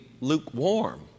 lukewarm